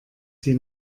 sie